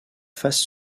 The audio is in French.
face